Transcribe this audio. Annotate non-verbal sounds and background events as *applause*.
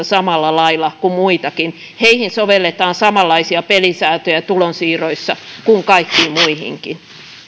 *unintelligible* samalla lailla kuin muitakin ja heihin sovelletaan samanlaisia pelisääntöjä tulonsiirroissa kuin kaikkiin muihinkin